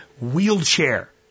wheelchair